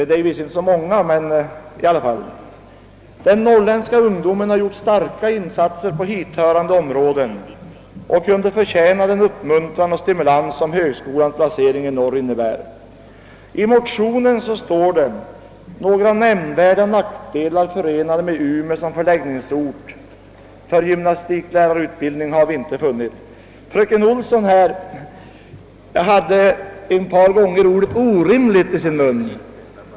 De är visserligen inte så många, men de finns där i alla fall. Den norrländska ungdomen har gjort starka insatser på hithörande områden och kunde förtjäna den uppmuntran och den stimulans som högskolans placering i norr skulle innebära. I motion 1:693 står det: »Några nämnvärda nackdelar förenade med Umeå som förläggningsort för gymnastiklärarutbildning har vi inte funnit.» Fröken Olsson tog ett par gånger ordet »orimligt» i sin mun.